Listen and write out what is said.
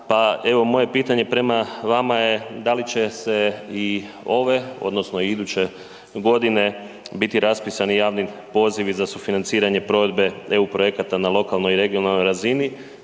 moje pitanje prema vama je, da li će se i ove, odnosno i iduće godine biti raspisani javni pozivi za sufinanciranje provedbe EU projekata na lokalnoj i regionalnoj razini